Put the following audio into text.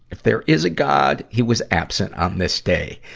if there is a god, he was absent on this day.